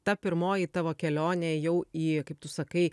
ta pirmoji tavo kelionė jau į kaip tu sakai